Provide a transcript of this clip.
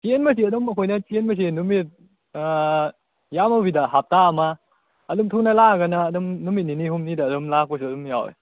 ꯆꯦꯟꯕꯁꯤ ꯑꯗꯨꯝ ꯑꯩꯈꯣꯏꯅ ꯆꯦꯟꯕꯁꯦ ꯅꯨꯃꯤꯠ ꯌꯥꯝꯃꯕꯤꯗ ꯍꯞꯇꯥ ꯑꯃ ꯑꯗꯨꯝ ꯊꯨꯅ ꯂꯥꯛꯑꯒꯅ ꯑꯗꯨꯝ ꯅꯨꯃꯤꯠ ꯅꯤꯅꯤ ꯍꯨꯝꯅꯤꯗ ꯑꯗꯨꯝ ꯂꯥꯛꯄꯁꯨ ꯑꯗꯨꯝ ꯌꯥꯎꯋꯤ